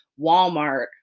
Walmart